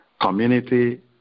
community